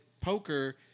poker